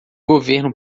governo